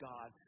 God